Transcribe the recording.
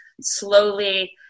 slowly